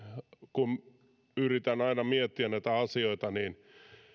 kun yritän aina miettiä näitä asioita niin